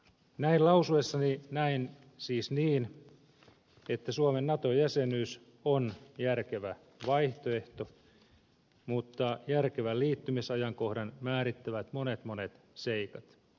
näin lausuessani näen siis niin että suomen nato jäsenyys on järkevä vaihtoehto mutta järkevän liittymisajankohdan määrittävät monet monet seikat